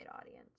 audience